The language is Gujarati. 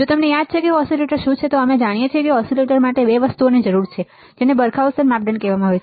જો તમને યાદ છે કે ઓસિલેટર શું છે તો અમે જાણીએ છીએ કે ઓસિલેટર માટે બે વસ્તુઓની જરૂર છે જેને બરખાઉસેન માપદંડ કહેવામાં આવે છે